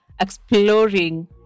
exploring